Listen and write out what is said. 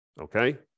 okay